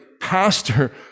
pastor